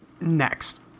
Next